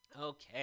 Okay